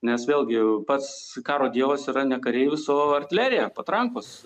nes vėlgi pats karo dievas yra ne kareivis o artilerija patrankos